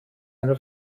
eine